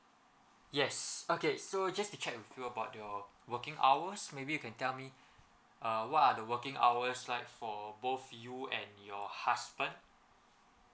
yes okay so just to check with you about your working hours maybe you can tell me err what are the working hours like for both you and your husband